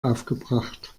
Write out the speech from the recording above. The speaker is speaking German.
aufgebracht